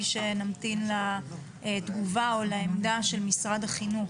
שנמתין לתגובה או לעמדה של משרד החינוך.